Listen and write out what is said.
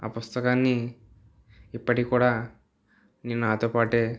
ఆ పుస్తకాన్ని ఇప్పటికి కూడా నేను నాతోపాటె